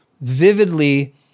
vividly